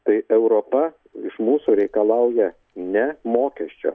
tai europa iš mūsų reikalauja ne mokesčio